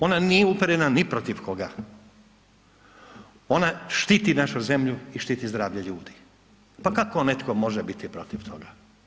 Ona nije uperena ni protiv koga, ona štiti našu zemlju i štiti zdravlje ljudi, pa kako netko može biti protiv toga?